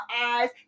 eyes